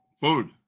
Food